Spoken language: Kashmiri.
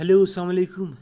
ہیٚلو اسلام علیکُم